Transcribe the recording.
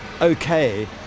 okay